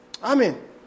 Amen